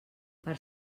per